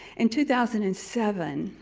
in two thousand and seven,